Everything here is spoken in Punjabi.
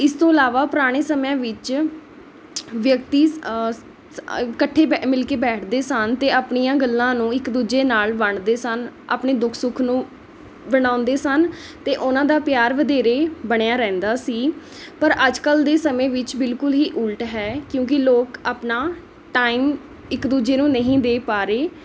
ਇਸ ਤੋਂ ਇਲਾਵਾ ਪੁਰਾਣੇ ਸਮਿਆਂ ਵਿੱਚ ਵਿਅਕਤੀ ਇਕੱਠੇ ਬੈ ਮਿਲ਼ ਕੇ ਬੈਠਦੇ ਸਨ ਅਤੇ ਆਪਣੀਆਂ ਗੱਲਾਂ ਨੂੰ ਇੱਕ ਦੂਜੇ ਨਾਲ਼ ਵੰਡਦੇ ਸਨ ਆਪਣੇ ਦੁੱਖ ਸੁੱਖ ਨੂੰ ਵੰਡਾਉਂਦੇ ਸਨ ਅਤੇ ਉਹਨਾਂ ਦਾ ਪਿਆਰ ਵਧੇਰੇ ਬਣਿਆ ਰਹਿੰਦਾ ਸੀ ਪਰ ਅੱਜ ਕੱਲ੍ਹ ਦੇ ਸਮੇਂ ਵਿੱਚ ਬਿਲਕੁਲ ਹੀ ਉੱਲਟ ਹੈ ਕਿਉਂਕਿ ਲੋਕ ਆਪਣਾ ਟਾਈਮ ਇੱਕ ਦੂਜੇ ਨੂੰ ਨਹੀਂ ਦੇ ਪਾ ਰਹੇ